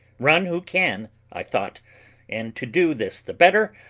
run who can, i thought and to do this the better,